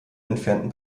entfernten